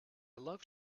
love